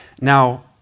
Now